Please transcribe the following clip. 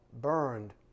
Burned